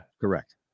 correct